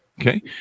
Okay